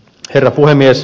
herra puhemies